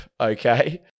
okay